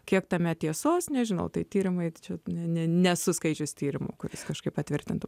kiek tame tiesos nežinau tai tyrimui čia ne nesu skaitęs tyrimo kuris kažkaip patvirtintų